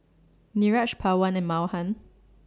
Niraj Pawan and Mahan